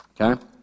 Okay